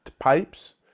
pipes